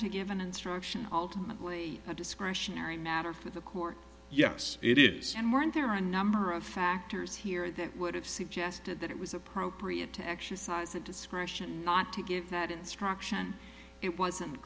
to give an instruction ultimately a discretionary matter for the court yes it is and weren't there a number of factors here that would have suggested that it was appropriate to exercise that discretion not to give that instruction it wasn't